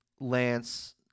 Lance